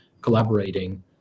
collaborating